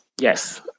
Yes